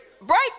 Break